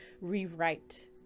rewrite